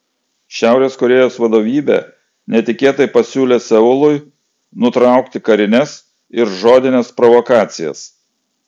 šiaurės korėjos vadovybė netikėtai pasiūlė seului nutraukti karines ir žodines provokacijas